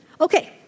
Okay